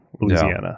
Louisiana